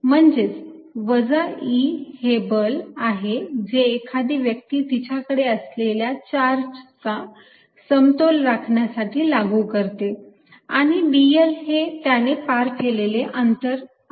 म्हणजेच वजा E हे बल आहे जे एखादी व्यक्ती तिच्याकडे असलेल्या चार्जचा समतोल राखण्यासाठी लागू करते आणि dl हे त्याने पार केलेले अंतर आहे